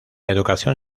educación